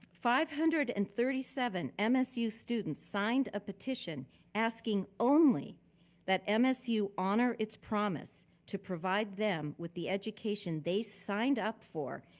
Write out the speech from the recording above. five hundred and thirty seven msu students signed a petition asking only that msu honor its promise to provide them with the education they signed up for,